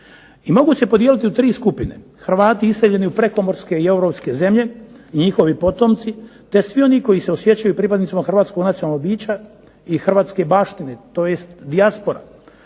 I mogu se podijeliti u tri skupine. hrvati iseljeni u prekomorske i europske zemlje i njihovi potomci, te svi oni koji se osjećaju pripadnicima hrvatskog nacionalnog bića i hrvatske baštine tj. dijaspora.